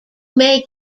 may